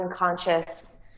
unconscious